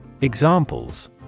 Examples